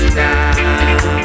now